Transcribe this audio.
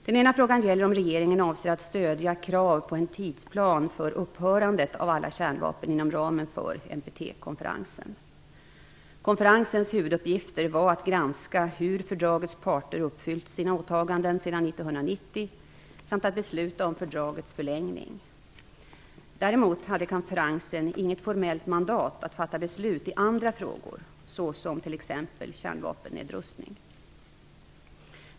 Den ena frågan gäller om regeringen avser att stödja krav på en tidsplan för upphörandet av alla kärnvapen inom ramen för NPT-konferensen. Konferensens huvuduppgifter var att granska hur fördragets parter uppfyllt sina åtaganden sedan 1990 samt att besluta om fördragets förlängning. Däremot hade konferensen inget formellt mandat att fatta beslut i andra frågor, såsom t.ex. kärnvapennedrustning.